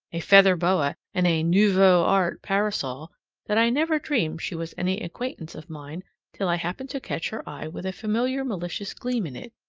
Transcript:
a feather boa, and a nouveau art parasol that i never dreamed she was any acquaintance of mine till i happened to catch her eye with a familiar malicious gleam in it.